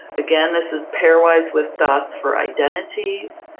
again, this is pairwise with dots for identities,